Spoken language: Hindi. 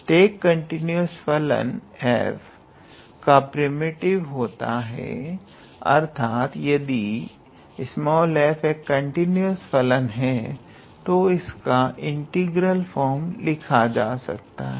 प्रत्येक कंटीन्यूअस फलन f का प्रिमिटिव होता है अर्थात यदि f एक कंटीन्यूअस फलन है तो इसका इंटीग्रल फॉर्म लिखा जा सकता है